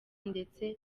ndetse